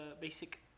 basic